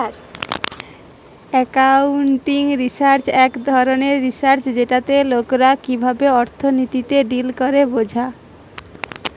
accounting research এক ধরণের research যেটাতে লোকরা কিভাবে অর্থনীতিতে ডিল করে বোঝা